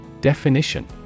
Definition